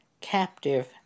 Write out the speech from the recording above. captive